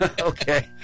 Okay